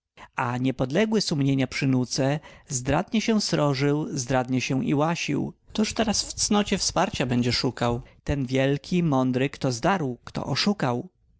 a niepodległy sumienia przynuce zdradnie się srożył zdradnie się i łasił któż teraz w cnocie wsparcia będzie szukał ten wielki mądry kto zdarł kto oszukał